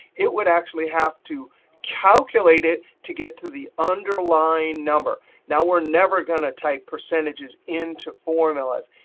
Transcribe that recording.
it would actually have to calculate it to get to the underlying number. now we're never going to type percentages into formulas.